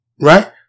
Right